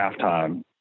halftime